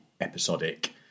episodic